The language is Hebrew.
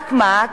רק מה?